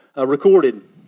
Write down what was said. recorded